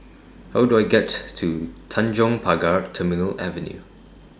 How Do I get to Tanjong Pagar Terminal Avenue